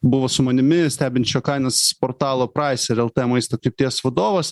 buvo su manimi stebinčio kainas portalo praiser lt maisto krypties vadovas